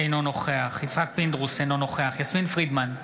אינו נוכח יצחק פינדרוס, אינו נוכח יסמין פרידמן,